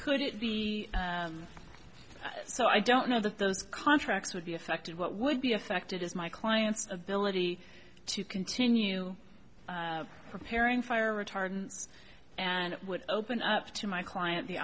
could it be so i don't know that those contracts would be affected what would be affected is my client's ability to continue preparing fire retardants and would open up to my client the